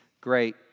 great